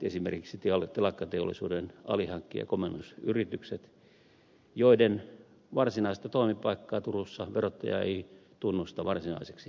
esimerkiksi telakkateollisuuden varsinaiset alihankkija komennusyritykset joiden varsinaista toimipaikkaa turussa verottaja ei tunnusta varsinaiseksi työpaikaksi